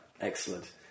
Excellent